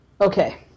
Okay